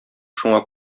шуңа